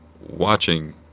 watching